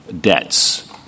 debts